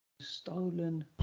Stolen